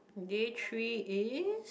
day three is